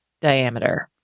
diameter